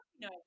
no